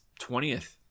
20th